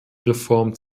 reform